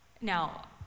Now